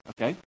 okay